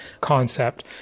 concept